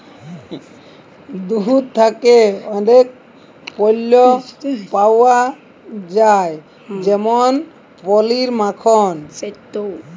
দুহুদ থ্যাকে অলেক পল্য পাউয়া যায় যেমল পলির, মাখল